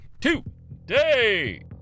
today